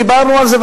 ודיברנו על זה.